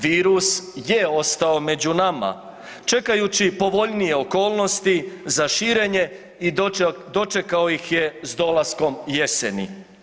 Virus je ostao među nama čekajući povoljnije okolnosti za širenje i dočekao ih je s dolaskom jeseni.